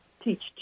teach